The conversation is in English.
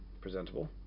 presentable